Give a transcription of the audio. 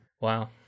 Wow